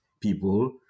people